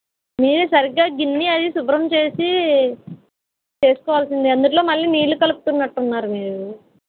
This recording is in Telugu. మీరు సరిగ్గా గిన్నె అది శుభ్రం చేసి చేసుకోవలసిందే అందులో మళ్ళీ నీళ్లు కలుపుతున్నట్టున్నారు మీరు